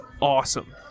awesome